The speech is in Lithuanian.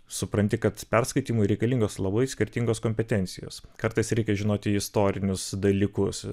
supranti kad perskaitymui reikalingos labai skirtingos kompetencijos kartais reikia žinoti istorinius dalykus